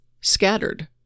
scattered